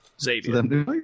Xavier